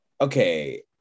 okay